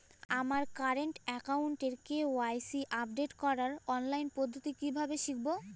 আমার কারেন্ট অ্যাকাউন্টের KYC update করার অনলাইন পদ্ধতি কীভাবে শিখব?